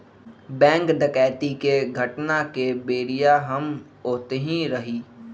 bank डकैती के घटना के बेरिया हम ओतही रही